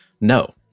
No